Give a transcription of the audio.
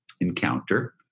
encounter